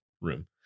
room